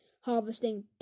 harvesting